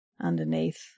underneath